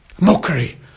Mockery